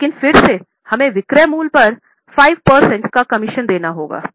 लेकिन फिर से हमें विक्रय मूल्य पर 5 प्रतिशत का कमीशन देना होगा